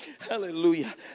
hallelujah